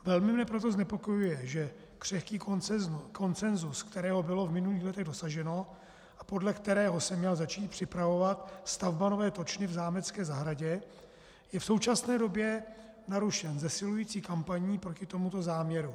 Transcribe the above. Velmi mne proto znepokojuje, že křehký konsenzus, kterého bylo v minulých letech dosaženo a podle kterého se měla začít připravovat stavba nové točny v zámecké zahradě, je v současné době narušen zesilující kampaní proti tomuto záměru.